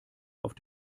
auf